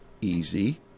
Easy